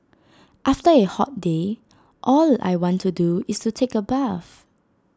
after A hot day all I want to do is take A bath